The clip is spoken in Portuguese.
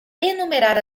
enumerar